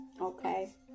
okay